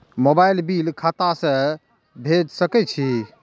Mobile bill खाता से भेड़ सके छि?